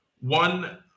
one